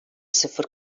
sıfır